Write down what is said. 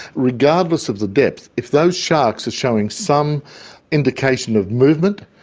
regardless of the depth, if those sharks are showing some indication of movement,